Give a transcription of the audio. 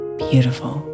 beautiful